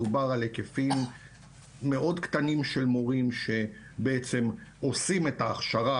מדובר על היקפים מאוד קטנים של מורים שעושים את ההכשרה,